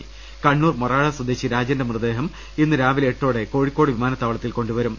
് കണ്ണൂർ മൊറാഴ സ്വദേശി രാജന്റെ മൃതദേഹം ഇന്ന് രാവിലെ എട്ടോടെ കോഴിക്കോട് വിമാനത്താവളത്തിലെത്തിക്കും